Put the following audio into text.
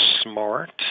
smart